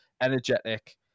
energetic